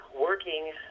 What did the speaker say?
working